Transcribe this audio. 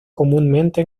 comúnmente